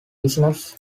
business